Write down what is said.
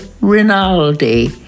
Rinaldi